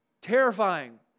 terrifying